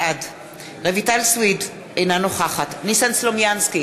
בעד רויטל סויד, אינה נוכחת ניסן סלומינסקי,